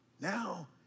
Now